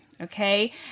okay